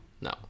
No